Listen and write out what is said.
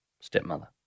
stepmother